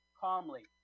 calmly